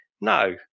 No